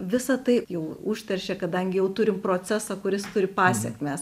visa tai jau užteršė kadangi jau turim procesą kuris turi pasekmes